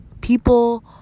People